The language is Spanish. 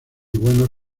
buenos